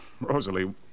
Rosalie